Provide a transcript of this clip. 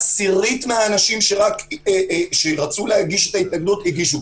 עשירית מהאנשים שרצו להגיש את ההתנגדות, הגישו.